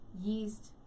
yeast